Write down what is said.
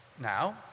Now